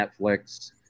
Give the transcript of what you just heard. Netflix